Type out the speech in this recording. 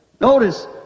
Notice